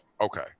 Okay